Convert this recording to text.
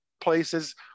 Places